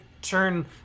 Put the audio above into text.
turn